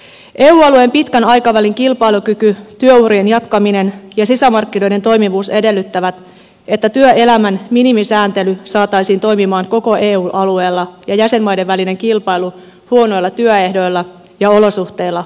eu alueen pitkän aikavälin kilpailukyky työurien jatkaminen ja sisämarkkinoiden toimivuus edellyttävät että työelämän minimisääntely saataisiin toimimaan koko eun alueella ja jäsenmaiden välinen kilpailu huonoilla työehdoilla ja olosuhteilla loppumaan